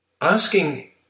asking